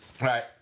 right